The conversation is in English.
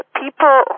people